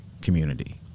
community